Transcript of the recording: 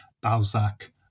Balzac